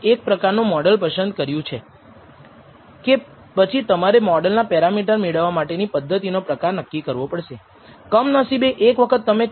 આપણે રેખીય model fit કર્યું છે તેથી દરેક xi માટે આપણે રેખીય મોડેલમાંથી અનુમાન કરી શકીએ છીએ કે દરેક નમૂના માટે ŷi નો અંદાજ શું છે